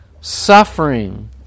suffering